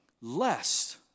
Lest